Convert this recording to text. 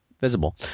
visible